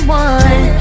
one